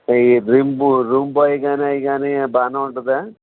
అయ్యి room room బాయ్గానీ అయ్గానీ బానే ఉంటదా